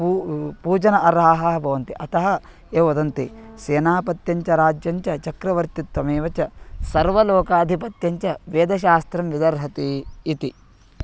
पू पूजनार्हाः भवन्ति अतः ये वदन्ति सेनापत्यञ्च राज्यं च चक्रवर्तित्वमेव च सर्वलोकाधिपत्यं च वेदशास्त्रं विदर्हति इति